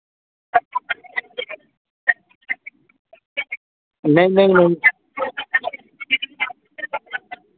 नहीं नहीं नहीं